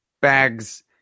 bags